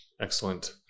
Excellent